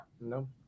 no